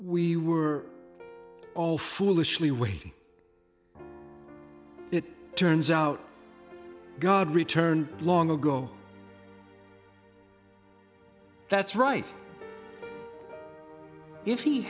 we were all foolishly witty it turns out god returned long ago that's right if he